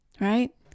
right